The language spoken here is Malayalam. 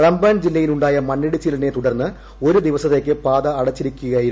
റമ്പാൻ ജില്ലയിലുണ്ടായ മണ്ണിടിച്ചിലിനെ തുടർന്ന് ഒരു ദിവസത്തേക്ക് പാത അടച്ചിരിക്കുകയായിരുന്നു